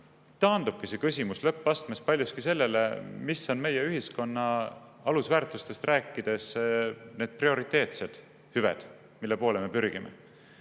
taandubki see küsimus lõppastmes paljuski sellele, mis on meie ühiskonna alusväärtustest rääkides need prioriteetsed hüved, mille poole me pürgime.